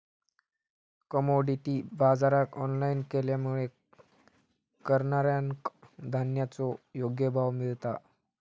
commodity बाजराक online केल्यामुळे करणाऱ्याक धान्याचो योग्य भाव मिळता